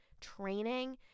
training